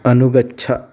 अनुगच्छ